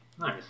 Nice